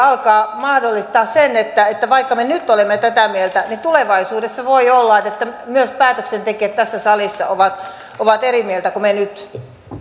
alkaa mahdollistaa sen että vaikka me nyt olemme tätä mieltä niin tulevaisuudessa voi olla että että myös päätöksentekijät tässä salissa ovat ovat eri mieltä kuin me nyt